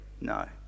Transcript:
no